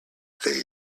they